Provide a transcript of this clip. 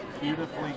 Beautifully